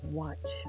watch